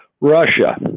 Russia